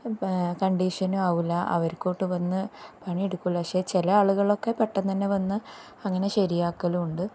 കണ്ടീഷനും ആവില്ല അവർക്കോട്ടോ വന്ന് പണിയെടുക്കില്ല പക്ഷെ ചില ആളുകളൊക്കെ പെട്ടെന്ന് തന്നെ വന്ന് അങ്ങനെ ശരിയാക്കലും ഉണ്ട്